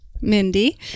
Mindy